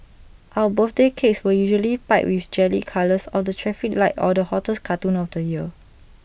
our birthday cakes were usually piped with jelly colours of the traffic light or the hottest cartoon of the year